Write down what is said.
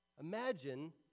Imagine